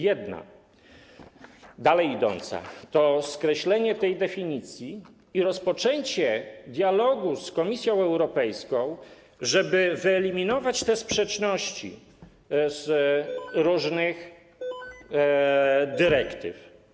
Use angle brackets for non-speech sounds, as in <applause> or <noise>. Jedna, dalej idąca, to skreślenie tej definicji i rozpoczęcie dialogu z Komisją Europejską, żeby wyeliminować te sprzeczności z <noise> różnych dyrektyw.